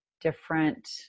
different